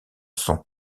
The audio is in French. sont